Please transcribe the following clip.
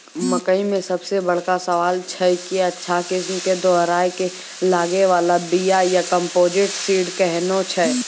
मकई मे सबसे बड़का सवाल छैय कि अच्छा किस्म के दोहराय के लागे वाला बिया या कम्पोजिट सीड कैहनो छैय?